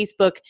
Facebook